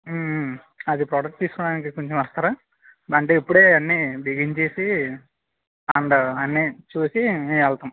అది ప్రోడక్ట్ తీసుకోడానికి కొంచెం వస్తారా అంటే ఇప్పుడే అన్నీ బిగించేసి అండ్ అన్నీ చూసి వెళ్తాం